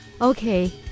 Okay